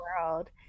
world